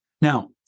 Now